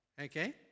Okay